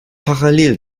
parallel